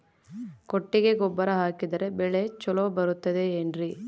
ಕೊಟ್ಟಿಗೆ ಗೊಬ್ಬರ ಹಾಕಿದರೆ ಬೆಳೆ ಚೊಲೊ ಬರುತ್ತದೆ ಏನ್ರಿ?